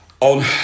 on